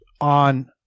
on